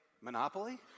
Monopoly